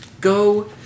go